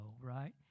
right